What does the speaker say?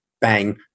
Bang